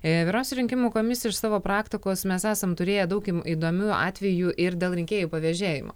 vyriausia rinkimų komisija iš savo praktikos mes esam turėję daug įdomių atvejų ir dėl rinkėjų pavėžėjimo